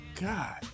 god